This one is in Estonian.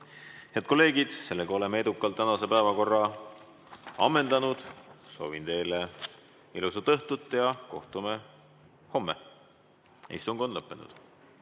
Head kolleegid, oleme edukalt tänase päevakorra ammendanud. Soovin teile ilusat õhtut ja kohtume homme. Istung on lõppenud.